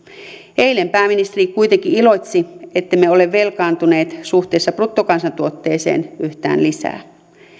eilen pääministeri kuitenkin iloitsi ettemme ole velkaantuneet suhteessa bruttokansantuotteeseen yhtään lisää